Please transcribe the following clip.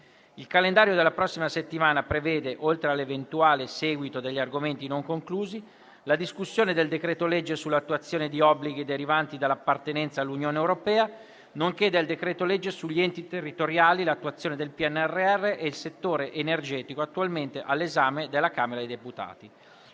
Il calendario della prossima settimana prevede, oltre all'eventuale seguito degli argomenti non conclusi, la discussione del decreto-legge sull'attuazione di obblighi derivanti dall'appartenenza all'Unione europea, nonché del decreto-legge sugli enti territoriali, l'attuazione del PNRR e il settore energetico, attualmente all'esame della Camera dei deputati.